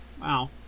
Wow